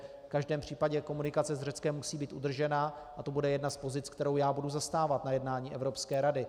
V každém případě komunikace s Řeckem musí být udržena a to bude jedna z pozic, kterou já budu zastávat na jednání Evropské rady.